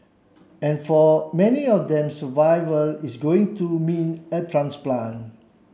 and for many of them survival is going to mean a transplant